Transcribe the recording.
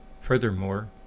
Furthermore